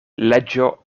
leĝo